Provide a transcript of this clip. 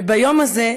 וביום הזה,